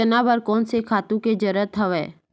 चना बर कोन से खातु के जरूरत हवय?